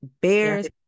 bears